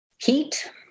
heat